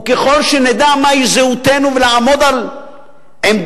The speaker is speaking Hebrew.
וככל שנדע מהי זהותנו, ולעמוד על עמדותינו,